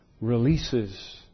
releases